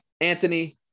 Anthony